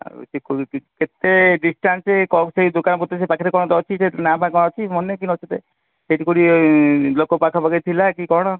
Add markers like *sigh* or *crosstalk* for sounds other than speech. ଆଉ *unintelligible* କେତେ ଡିଷ୍ଟାନ୍ସ କ'ଣ ସେଇ ଦୋକାନ କତିରେ ପାଖରେ କ'ଣ ଅଛି ସେଇ ନାଆଫାଆ କ'ଣ ଅଛି ମନେ କି ଅଛି ତେ ସେଇଠି କେଉଁଠି ଲୋକ ପାଖାପାଖି ଥିଲା କି କ'ଣ